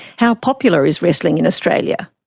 how popular is wrestling in australia?